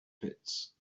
pits